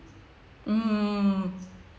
mmhmm